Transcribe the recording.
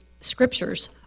scriptures